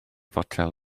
fotel